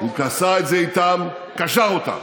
הוא עשה את זה איתם, קשר אותם.